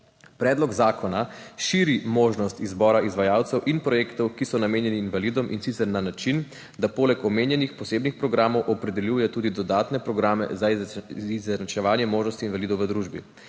Predlog zakona širi možnost izbora izvajalcev in projektov, ki so namenjeni invalidom, in sicer na način, da poleg omenjenih posebnih programov opredeljuje tudi dodatne programe za izenačevanje možnosti invalidov v družbi.